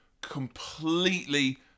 completely